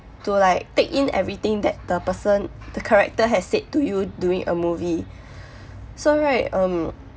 to like take in everything that the person the character has said to you during a movie so right um